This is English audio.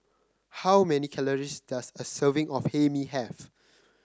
how many calories does a serving of Hae Mee have